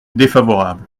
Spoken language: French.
défavorable